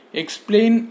explain